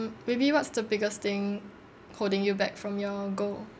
maybe what's the biggest thing holding you back from your goal